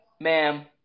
Ma'am